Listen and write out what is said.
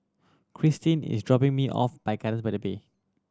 Christine is dropping me off